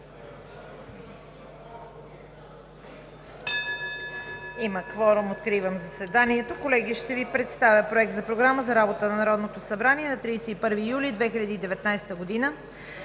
Има кворум. Откривам заседанието. Колеги, ще Ви представя Проект на програма за работата на Народното събрание на 31 юли 2019 г.: „1.